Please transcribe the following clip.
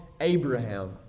Abraham